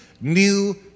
new